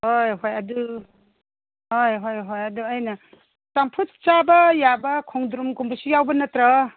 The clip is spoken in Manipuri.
ꯍꯣꯏ ꯍꯣꯏ ꯑꯗꯨ ꯍꯣꯏ ꯍꯣꯏ ꯍꯣꯏ ꯑꯗꯣ ꯑꯩꯅ ꯆꯝꯐꯨꯠ ꯆꯥꯕ ꯌꯥꯕ ꯈꯣꯡꯗ꯭ꯔꯨꯝ ꯀꯨꯝꯕꯁꯨ ꯌꯥꯎꯕ ꯅꯠꯇ꯭ꯔꯣ